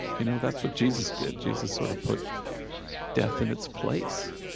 you know that's what jesus did. jesus sort of put death in its place